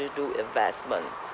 do investment